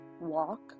Walk